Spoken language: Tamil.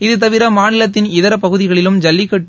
இது தவிர மாநிலத்தின் இதர பகுதிகளிலும் ஜல்லிக்கட்டு